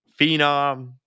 phenom